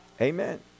Amen